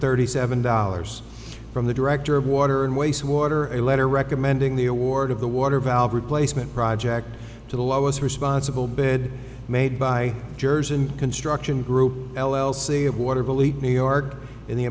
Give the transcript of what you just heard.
thirty seven dollars from the director of water and waste water a letter recommending the award of the water valve replacement project to the lowest responsible bed made by jersey and construction group l l c of water believe new york in the